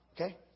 Okay